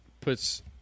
puts